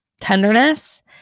tenderness